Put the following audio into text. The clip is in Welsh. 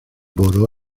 bwrw